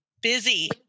Busy